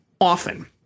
often